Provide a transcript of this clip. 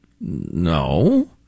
No